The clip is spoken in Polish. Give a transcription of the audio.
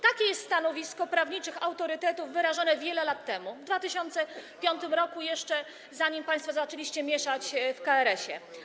Takie jest stanowisko prawniczych autorytetów wyrażone wiele lat temu, w 2005 r., jeszcze zanim państwo zaczęliście mieszać w KRS-ie.